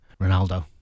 Ronaldo